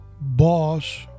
boss